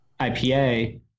IPA